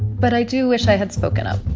but i do wish i had spoken up